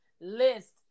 list